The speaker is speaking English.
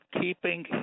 keeping